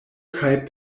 kaj